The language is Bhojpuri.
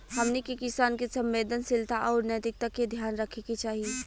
हमनी के किसान के संवेदनशीलता आउर नैतिकता के ध्यान रखे के चाही